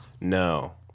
No